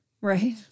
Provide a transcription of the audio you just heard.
Right